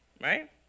right